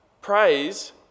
praise